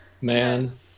man